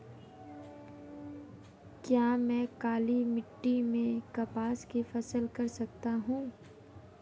क्या मैं काली मिट्टी में कपास की फसल कर सकता हूँ?